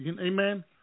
amen